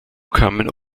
kamen